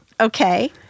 Okay